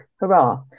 Hurrah